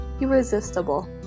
irresistible